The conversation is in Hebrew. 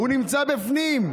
הוא נמצא בפנים.